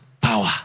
power